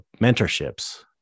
mentorships